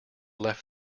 left